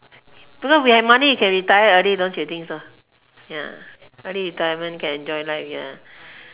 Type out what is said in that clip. don't know we have money we can retire early don't you think so ya early retirement can enjoy life ya